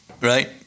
right